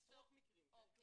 יש עשרות מקרים שאין